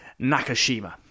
Nakashima